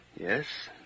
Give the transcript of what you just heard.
Yes